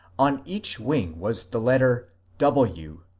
on each wing was the letter w,